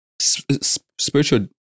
spiritual